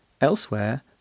Elsewhere